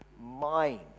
mind